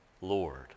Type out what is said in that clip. Lord